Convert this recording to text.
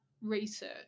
research